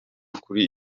kuri